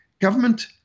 government